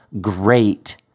great